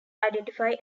identify